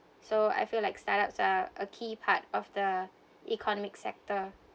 so I feel like startups are a key part of the economic sector